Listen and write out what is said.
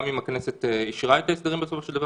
גם אם הכנסת אישרה את ההסדרים בסופו של דבר